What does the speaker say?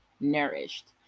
nourished